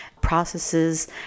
processes